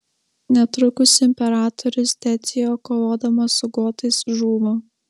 netrukus imperatorius decio kovodamas su gotais žūva